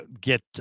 get